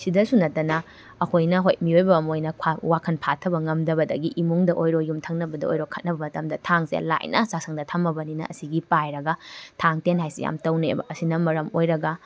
ꯁꯤꯗꯁꯨ ꯅꯠꯇꯅ ꯑꯩꯈꯣꯏꯅ ꯍꯣꯏ ꯃꯤꯑꯣꯏꯕ ꯑꯃ ꯑꯣꯏꯅ ꯋꯥꯈꯟ ꯐꯤꯊꯕ ꯉꯝꯗꯕꯗꯒꯤ ꯏꯃꯨꯡꯗ ꯑꯣꯏꯔꯣ ꯌꯨꯝꯊꯪꯅꯕꯗ ꯑꯣꯏꯔꯣ ꯈꯠꯅꯕ ꯃꯇꯝꯗ ꯊꯥꯡꯁꯦ ꯂꯥꯏꯅ ꯆꯥꯛꯁꯪꯗ ꯊꯝꯃꯕꯅꯤꯅ ꯑꯁꯤꯒꯤ ꯄꯥꯏꯔꯒ ꯊꯥꯡ ꯇꯦꯟ ꯍꯥꯏꯁꯦ ꯌꯥꯝ ꯇꯧꯅꯩꯑꯕ ꯑꯁꯤꯅ ꯃꯔꯝ ꯑꯣꯏꯔꯒ